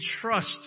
trust